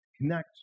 connect